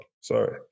Sorry